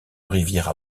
rivière